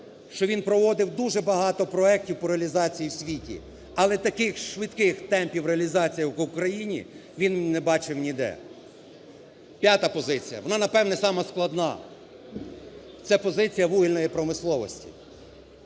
що він проводив дуже багато проектів по реалізації у світі, але таких швидких темпів реалізації, як в Україні, він не бачив ніде. П'ята позиція. Вона, напевно, саме складна – це позиція вугільної промисловості.